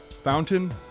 fountain